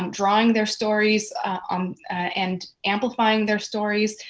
um drawing their stories um and amplifying their stories.